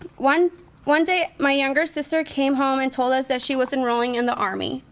one one day, my younger sister came home and told us that she was enrolling in the army.